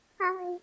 Hi